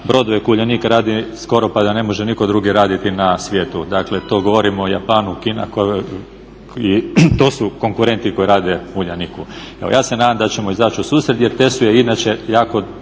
Uljanik radi, skoro pa ga ne može nitko drugi raditi na svijetu. Dakle to govorimo o Japanu, Kina i to su konkurentni koji rade Uljaniku. Evo ja se nadam da ćemo izaći u susret jer TESU je inače jako